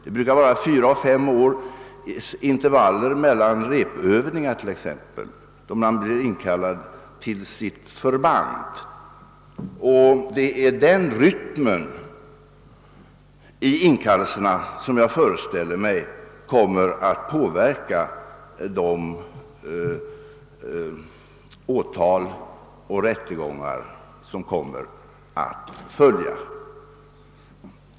Det brukar t.ex. vara fyra å fem års intervaller mellan repövningarna, då man blir inkallad till sitt förband, och det är denna rytm i inkallelserna som jag föreställer mig kommer att påverka de åtal och rättegångar som kan följa.